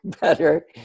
better